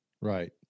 Right